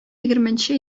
егерменче